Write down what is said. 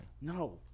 No